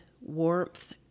warmth